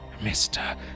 mr